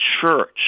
Church